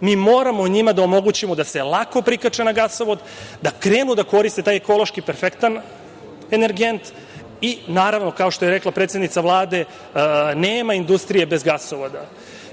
Mi moramo njima da omogućimo da se lako prikače na gasovod, da krenu da koriste taj ekološki perfektan energent i, naravno, kao što je rekla predsednica Vlade, nema industrije bez gasovoda.